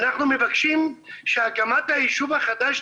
אני זוכר את יוסף נצר א-דין שעשה יום או יומיים בהרצליה,